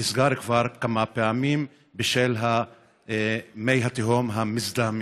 נסגר כבר כמה פעמים בשל מי התהום המזדהמים.